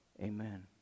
Amen